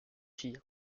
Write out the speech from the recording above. fille